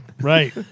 Right